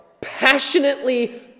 passionately